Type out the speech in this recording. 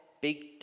big